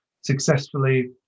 successfully